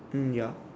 mm ya